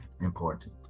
important